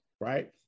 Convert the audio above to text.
right